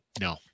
no